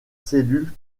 cellules